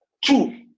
Two